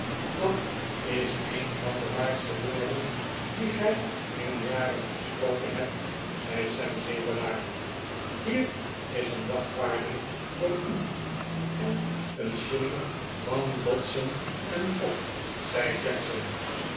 dat is een van de waarste woorden die gij in jaren gesproken hebt zei sam zeer bedaard hier is een dagvaarding voor u en een shilling van dodson en fogg zei jackson